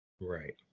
right